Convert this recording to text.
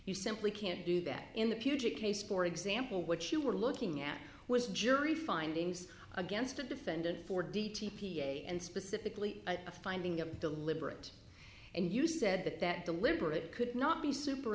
you simply can't do that in the puget case for example what you were looking at was jury findings against a defendant for d t p a and specifically a finding of the deliberate and you said that that deliberate could not be